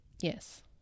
Yes